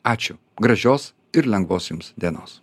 ačiū gražios ir lengvos jums dienos